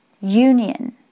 union